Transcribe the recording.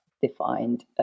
defined